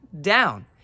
down